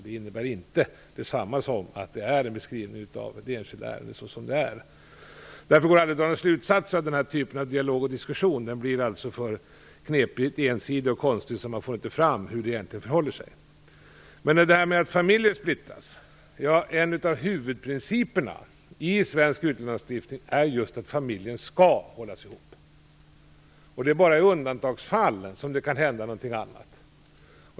Det innebär inte detsamma som att det är en beskrivning av ett enskilt ärende så som det i verkligheten är. Därför går det aldrig att dra någon slutsats av den här typen av dialog och diskusson. Den blir för knepig, ensidig och konstig, och man får inte fram hur det egentligen förhåller sig. Men när det gäller splittring av familjer är en av huvudprinciperna i svensk utlänningslagstiftning just att familjen skall hållas ihop. Det är bara i undantagsfall som det kan hända någonting annat.